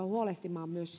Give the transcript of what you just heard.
huolehtimaan myös